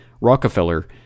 Rockefeller